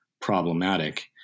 problematic